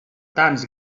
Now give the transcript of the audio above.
tants